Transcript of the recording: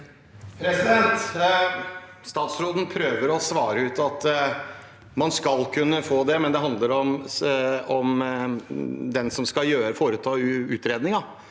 Statsråden prøver å svare ut at man skal kunne få det, men det handler om at den som skal foreta utredningen,